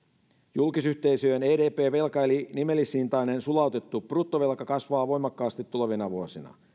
julkisyhteisöjen edp velka eli nimellishintainen sulautettu bruttovelka kasvaa voimakkaasti tulevina vuosina